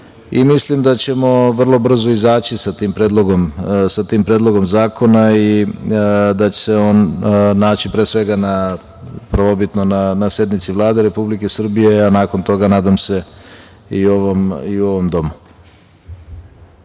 mislim da ćemo vrlo brzo izaći sa tim predlogom zakona i da će se on naći na sednici Vlade Republike Srbije, a nakon toga nadam se i u ovom domu.